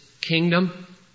kingdom